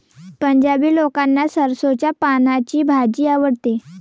पंजाबी लोकांना सरसोंच्या पानांची भाजी आवडते